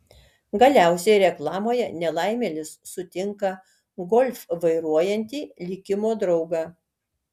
galiausiai reklamoje nelaimėlis sutinka golf vairuojantį likimo draugą